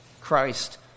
christ